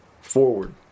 forward